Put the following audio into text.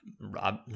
Rob